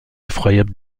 effroyable